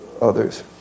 others